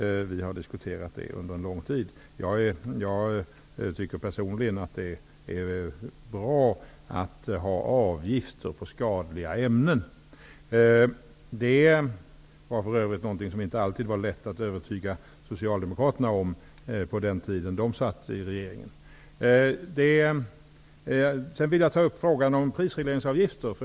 Vi har diskuterat detta under en lång tid. Jag tycker personligen att det är bra att ha avgifter på skadliga ämnen. Det var för övrigt någonting som det inte alltid var lätt att övertyga Socialdemokraterna om på den tiden de satt i regeringen. Sedan vill jag ta upp frågan om prisregleringsavgifter.